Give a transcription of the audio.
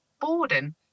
borden